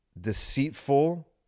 deceitful